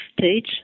stage